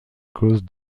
cause